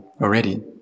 already